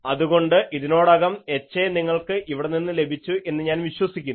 അതുകൊണ്ട് ഇതിനോടകം HA നിങ്ങൾക്ക് ഇവിടെ നിന്ന് ലഭിച്ചു എന്ന് ഞാൻ വിശ്വസിക്കുന്നു